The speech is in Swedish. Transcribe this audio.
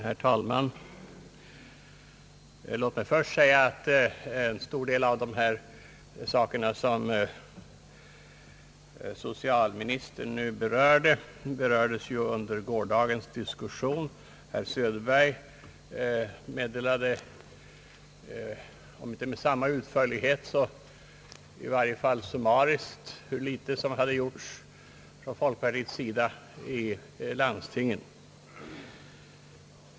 Herr talman! Låt mig först säga att en stor del av de saker, som socialministern nu berörde, togs upp under gårdagens diskussion. Herr Söderberg beskrev — låt vara inte med samma utförlighet, utan mera summariskt — hur litet folkpartiet hade gjort i landstingen.